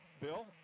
Bill